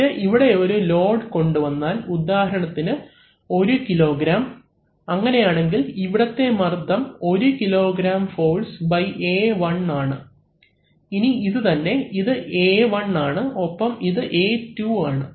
എന്നിട്ട് ഇവിടെ ഒരു ലോഡ് കൊണ്ടുവന്നാൽ ഉദാഹരണത്തിന് 1 kg അങ്ങനെയാണെങ്കിൽ ഇവിടത്തെ മർദ്ദം 1 kg ഫോഴ്സ് ബൈ A1 ആണ് ഇനി ഇതു തന്നെ ഇത് A1 ആണ് ഒപ്പം ഇത് A2 ആണ്